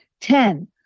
Ten